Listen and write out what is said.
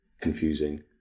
confusing